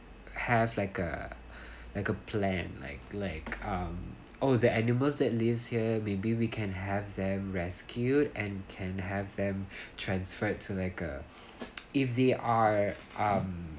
have like a like a plan like like um oh the animals that lives here maybe we can have them rescued and can have them transferred to like a if they are um